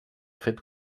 fet